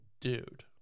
dude